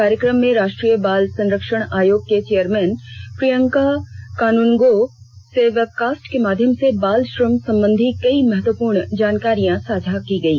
कार्यक्रम में राष्ट्रीय बाल संरक्षण आयोग के चेयरमैन प्रियंक कानूनगो से वेबकास्ट के माध्यम से बाल श्रम संबंधी कई महत्वपूर्ण जानकारियां साझा की गई